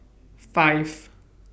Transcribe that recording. five